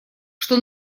что